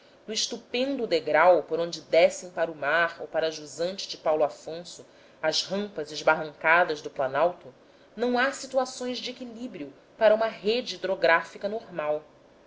no estupendo degrau por onde descem para o mar ou para jusante de paulo afonso as rampas esbarrancadas do planalto não há situações de equilíbrio para uma rede hidrográfica normal